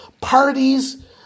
parties